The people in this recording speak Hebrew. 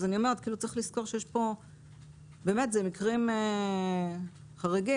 צריך לזכור שאלה מקרים חריגים.